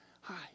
hi